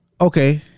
Okay